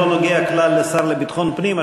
זה לא נוגע כלל לשר לביטחון פנים.